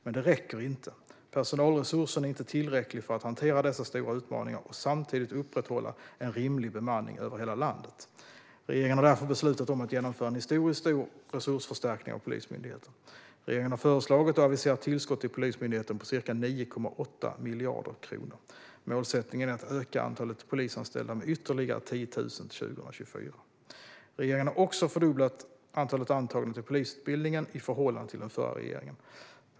Men det räcker inte. Personalresursen är inte tillräcklig för att hantera dessa stora utmaningar och samtidigt upprätthålla en rimlig bemanning över hela landet. Regeringen har därför beslutat om att genomföra en historiskt stor resursförstärkning av Polismyndigheten. Regeringen har föreslagit och aviserat tillskott till Polismyndigheten på ca 9,8 miljarder kronor. Målsättningen är att öka antalet polisanställda med ytterligare 10 0000 till 2024. Regeringen har också fördubblat antalet antagna till polisutbildningen i förhållande till den förra regeringen.